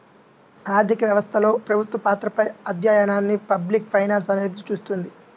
ఆర్థిక వ్యవస్థలో ప్రభుత్వ పాత్రపై అధ్యయనాన్ని పబ్లిక్ ఫైనాన్స్ అనేది చూస్తుంది